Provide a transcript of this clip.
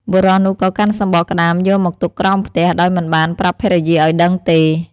បុរសនោះ ក៏កាន់សំបកក្ដាមយកមកទុកក្រោមផ្ទះដោយមិនបានប្រាប់ភរិយាឲ្យដឹងទេ។